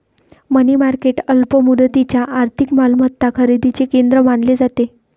मनी market अल्प मुदतीच्या आर्थिक मालमत्ता खरेदीचे केंद्र मानले जाते